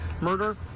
murder